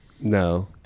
No